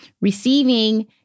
receiving